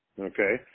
Okay